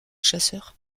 chasseur